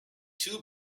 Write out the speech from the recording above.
two